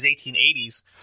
1880s